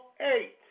eight